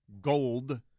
gold